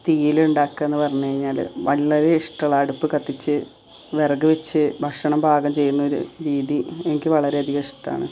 തീയിൽ ഉണ്ടാക്കുക എന്ന് പറഞ്കഴിഞ്ഞാൽ വളരെ ഇഷ്ടമുള്ള അടുപ്പ് കത്തിച്ച് വിറക് വെച്ച് ഭക്ഷണം പാകം ചെയ്യുന്നൊരു രീതി എനിക്ക് വളരെയധികം ഇഷ്ടമാണ്